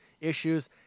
issues